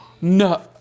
No